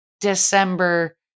december